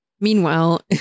Meanwhile